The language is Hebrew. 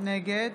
נגד